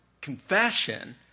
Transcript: confession